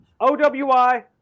OWI